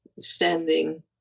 standing